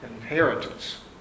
inheritance